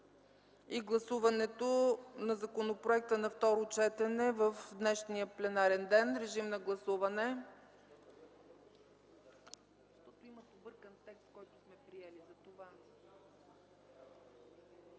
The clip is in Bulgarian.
и гласуването на законопроекта на второ четене в днешния пленарен ден. Гласували